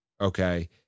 okay